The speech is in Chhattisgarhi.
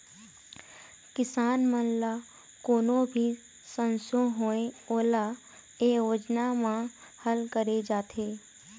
किसान मन ल कोनो भी संसो होए ओला ए योजना म हल करे जाथे